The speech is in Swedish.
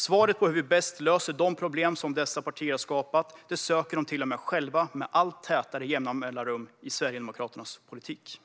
Svaret på hur vi bäst löser de problem som dessa partier har skapat söker till och med de själva med allt tätare mellanrum i Sverigedemokraternas politik.